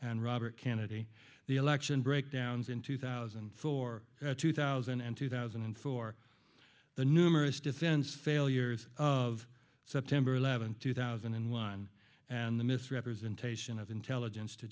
and robert kennedy the election breakdowns in two thousand and four two thousand and two thousand and four the numerous defense failures of september eleventh two thousand and one and the misrepresentation of intelligence to